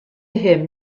him